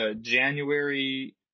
January